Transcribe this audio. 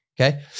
Okay